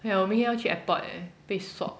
没有我们要去 airport eh 被 swab